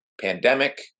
pandemic